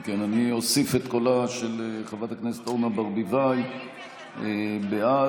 אני אוסיף את קולה של חברת הכנסת אורנה ברביבאי בעד.